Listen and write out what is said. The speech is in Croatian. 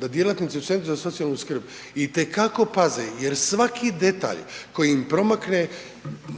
da djelatnici u centru za socijalnu skrb i te kako paze jer svaki detalj koji im promakne